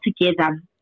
together